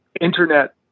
internet